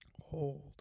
hold